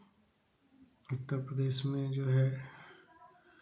उत्तर प्रदेश में जो है